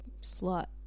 slot